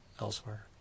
elsewhere